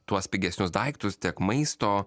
tuos pigesnius daiktus tiek maisto